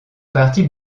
partie